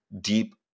deep